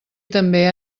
també